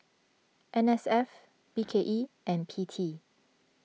N S F B K E and P T